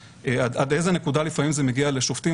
עד איזו נקודה לפעמים זה מגיע לשופטים,